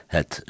Het